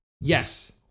Yes